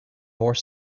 more